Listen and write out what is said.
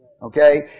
Okay